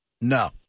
No